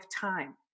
time